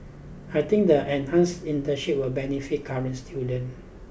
I think the enhanced internships will benefit current students